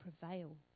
prevail